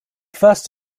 first